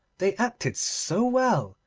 they acted so well,